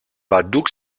παντού